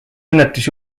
õnnetus